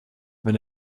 wenn